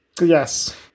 yes